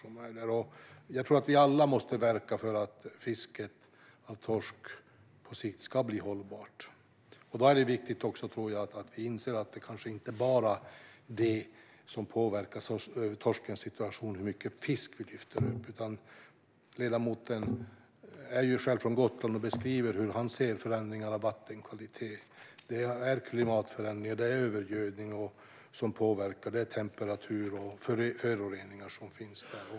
Jag tror också att vi alla måste verka för att fisket av torsk ska bli hållbart på sikt. Då är det också viktigt att vi inser att hur mycket fisk vi lyfter upp kanske inte är det enda som påverkar torskens situation. Ledamoten är själv från Gotland och beskriver förändringar i vattenkvalitet. Klimatförändringar, övergödning, temperatur och föroreningar påverkar också.